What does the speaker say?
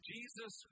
Jesus